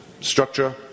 structure